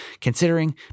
considering